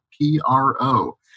P-R-O